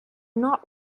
not